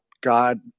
God